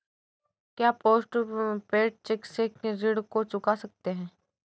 क्या post paid cheque से ऋण को चुका सकते हैं?